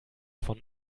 von